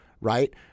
right